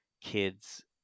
kids